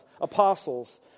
apostles